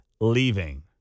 leaving